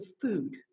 food